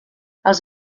els